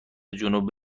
جنوب